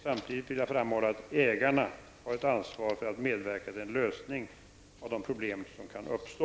Samtidigt vill jag framhålla att ägarna har ett ansvar för att medverka till en lösning av de problem som kan uppstå.